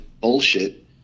bullshit